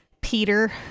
Peter